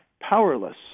powerless